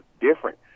different